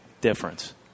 difference